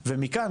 ומכאן,